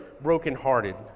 brokenhearted